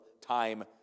time